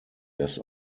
dass